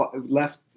left